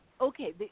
okay